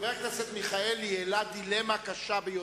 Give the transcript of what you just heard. חבר הכנסת מיכאלי העלה דילמה קשה ביותר: